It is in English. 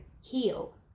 heal